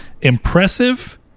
impressive